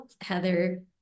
Heather